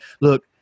look